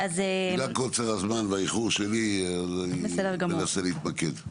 בגלל קוצר הזמן והאיחור שלי ננסה להתמקד.